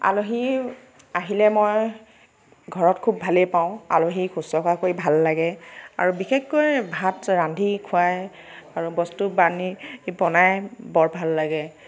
আলহী আহিলে মই ঘৰত খুব ভালেই পাওঁ আলহী শুশ্ৰূষা কৰি ভাল লাগে আৰু বিশেষকৈ ভাত ৰান্ধি খুৱাই আৰু বস্তু বাহানি বনাই বৰ ভাল লাগে